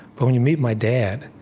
but when you meet my dad,